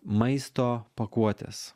maisto pakuotės